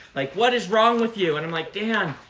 like, what is wrong with you? and i'm like, dan,